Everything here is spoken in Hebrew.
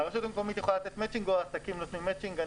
הרשות המקומית יכולה לתת מצ'ינג או העסקים נותנים מצ'ינג,